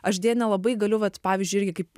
aš deja nelabai galiu vat pavyzdžiui irgi kaip